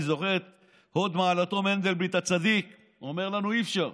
אני זוכר את הוד מעלתו מנדלבליט הצדיק אומר לנו: אי-אפשר.